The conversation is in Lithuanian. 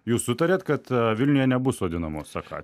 jūs sutarėt kad vilniuje nebus sodinamos akacijos